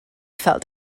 felt